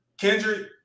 Kendrick